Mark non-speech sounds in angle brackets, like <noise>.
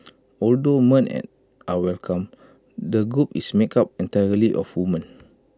although men <hesitation> are welcome the group is made up entirely of women